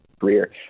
career